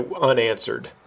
unanswered